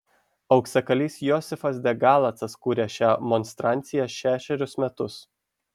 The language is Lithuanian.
auksakalys josifas de galacas kūrė šią monstranciją šešerius metus